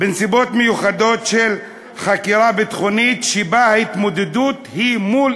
"בנסיבות המיוחדות של חקירה ביטחונית שבה ההתמודדות היא מול